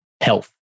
health